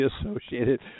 associated